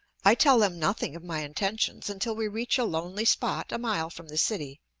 i tell them nothing of my intentions until we reach a lonely spot a mile from the city.